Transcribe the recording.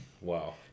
Wow